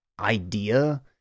idea